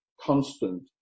constant